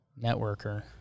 networker